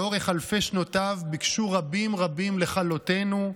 לאורך אלפי שנותינו ביקשו רבים רבים לכלותנו,